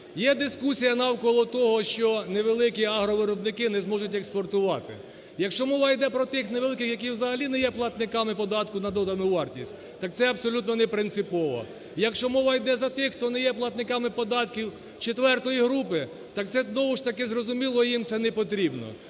Є дискусія навколо того, що невеликі агровиробники не зможуть експортувати. Якщо мова йде про тих невеликих, які взагалі не є платниками податку на додану вартість, так це абсолютно не принципово. Якщо мова йде за тих, хто не є платниками податків четвертої групи, так це знову ж таки зрозуміло, їм це не потрібно.